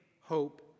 hope